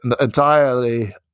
entirely